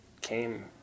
came